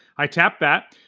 i tap that,